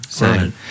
Right